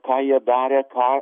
ką jie darė ką